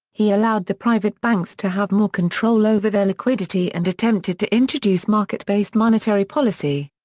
he allowed the private banks to have more control over their liquidity and attempted to introduce market-based monetary policy.